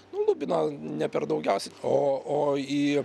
nu lubino ne per daugiausiai o o į